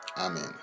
Amen